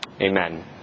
Amen